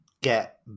get